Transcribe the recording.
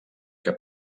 que